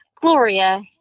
Gloria